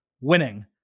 winning